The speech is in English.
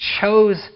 chose